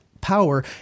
power